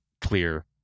clear